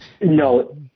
No